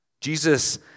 Jesus